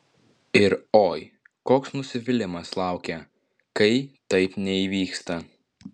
ir oi koks nusivylimas laukia kai taip neįvyksta